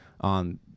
on